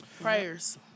Prayers